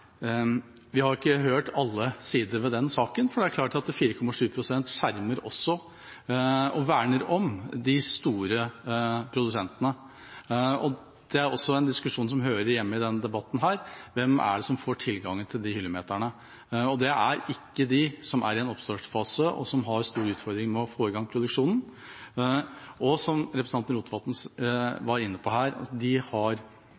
klart at 4,7 pst.-grensa også verner om de store produsentene. Det er også en diskusjon som hører hjemme i denne debatten: Hvem er det som får tilgang til de hyllemeterne? Det er ikke de som er i en oppstartsfase, og som har store utfordringer med å få i gang produksjonen. Som både representanten Sveinung Rotevatn